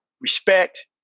respect